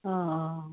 অঁ অঁ